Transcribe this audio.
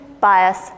bias